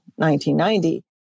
1990